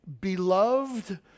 beloved